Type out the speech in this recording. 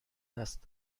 دست